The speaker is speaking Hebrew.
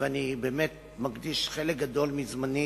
ואני באמת מקדיש חלק גדול מזמני